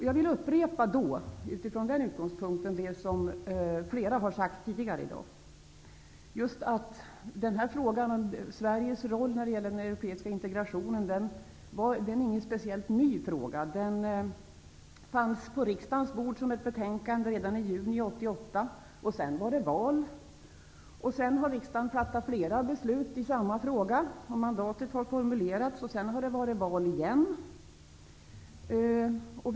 Jag vill från den utgångspunkten, och som flera tidigare har sagt i dag, upprepa att frågan om Sveriges roll i den europeiska integrationen inte är speciellt ny. Den fanns som ett betänkande redan i juni 1988. Sedan blev det val. Riksdagen har därefter fattat flera beslut i frågan, och mandatet var formulerat. Sedan har det åter varit val.